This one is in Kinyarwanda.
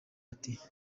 ati